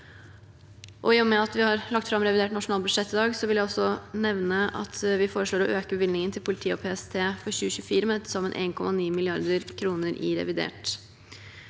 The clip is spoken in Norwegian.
I og med at vi har lagt fram revidert nasjonalbudsjett i dag, vil jeg også nevne at vi foreslår å øke bevilgningen til politiet og PST for 2024 med til sammen 1,9 mrd. kr i revidert